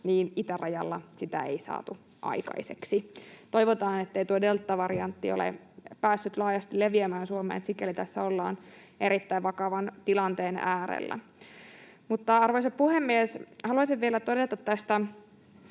niin itärajalla sitä ei saatu aikaiseksi. Toivotaan, ettei tuo deltavariantti ole päässyt laajasti leviämään Suomeen, sikäli tässä ollaan erittäin vakavan tilanteen äärellä. Arvoisa puhemies! Haluaisin vielä todeta tästä